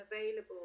available